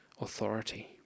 authority